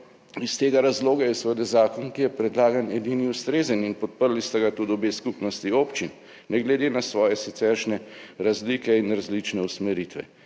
iz tega razloga je seveda zakon, ki je predlagan, edini ustrezen. In podprli sta ga tudi obe skupnosti občin ne glede na svoje siceršnje razlike in različne usmeritve,